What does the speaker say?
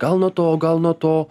gal nuo to gal nuo to